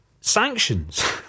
Sanctions